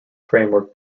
framework